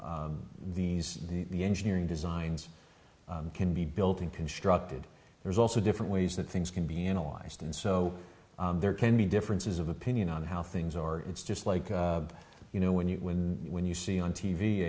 these the engineering designs can be built in constructed there's also different ways that things can be analyzed and so there can be differences of opinion on how things are it's just like you know when you win when you see on t